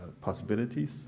possibilities